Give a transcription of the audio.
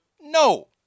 no